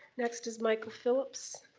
next is michael phillips.